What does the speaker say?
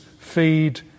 feed